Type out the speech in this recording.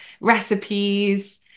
recipes